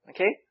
Okay